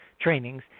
trainings